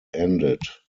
ended